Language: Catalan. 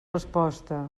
resposta